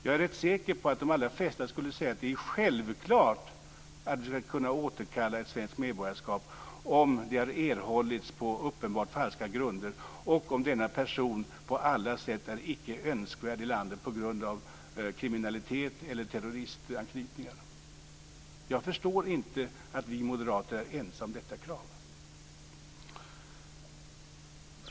Jag är rätt säker på att de allra flesta skulle säga att det är självklart att vi skall kunna återkalla ett svenskt medborgarskap om det har erhållits på uppenbart falska grunder och om denna person på alla sätt är icke önskvärd i landet på grund av kriminalitet eller terroristanknytningar. Jag förstår inte att vi moderater är ensamma om detta krav.